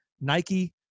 Nike